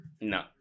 No